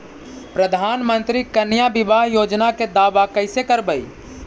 प्रधानमंत्री कन्या बिबाह योजना के दाबा कैसे करबै?